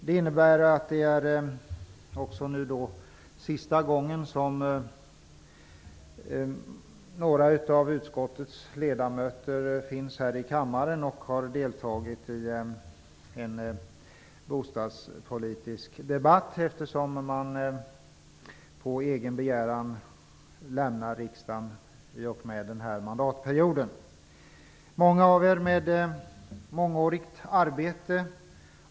Det innebär också att det är sista gången som några av utskottets ledamöter finns här i kammaren och har deltagit i en bostadspolitisk debatt eftersom de på egen begäran lämnar riksdagen i och med att den här mandatperioden är slut. Många av er har lagt ner ett mångårigt arbete.